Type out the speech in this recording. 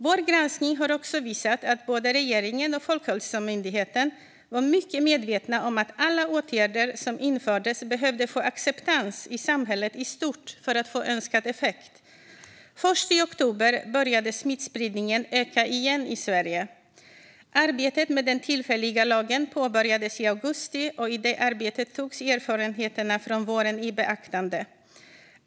Vår granskning har också visat att både regeringen och Folkhälsomyndigheten var mycket medvetna om att alla åtgärder som infördes behövde få acceptans i samhället i stort för att få önskad effekt. Först i oktober började smittspridningen öka igen i Sverige. Arbetet med den tillfälliga lagen påbörjades i augusti, och i det arbetet togs erfarenheterna från våren i beaktande.